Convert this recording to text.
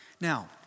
Now